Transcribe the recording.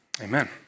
Amen